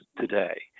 today